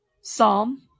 psalm